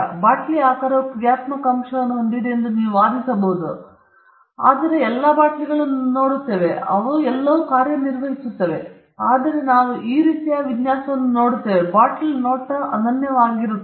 ಬಾಟಲಿಯ ಆಕಾರವು ಕ್ರಿಯಾತ್ಮಕ ಅಂಶವನ್ನು ಹೊಂದಿದೆ ಎಂದು ನೀವು ವಾದಿಸಬಹುದು ಆದರೆ ನಾವು ಎಲ್ಲಾ ಬಾಟಲಿಗಳನ್ನು ನೋಡುತ್ತೇವೆ ಆ ಅರ್ಥದಲ್ಲಿ ಕಾರ್ಯನಿರ್ವಹಿಸುತ್ತೇವೆ ಆದರೆ ನಾವು ಕೆಲವು ರೀತಿಯ ವಿನ್ಯಾಸವನ್ನು ನೋಡುತ್ತೇವೆ ಅದು ಬಾಟಲ್ ನೋಟವನ್ನು ಅನನ್ಯವಾಗಿರಿಸುತ್ತದೆ